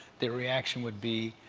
their reaction would be,